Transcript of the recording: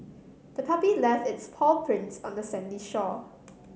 the puppy left its paw prints on the sandy shore